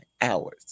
hours